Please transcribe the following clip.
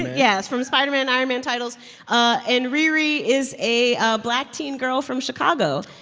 yeah, it's from spider-man and iron man titles and riri is a ah black teen girl from chicago,